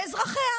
באזרחיה,